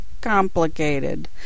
complicated